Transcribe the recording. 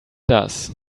does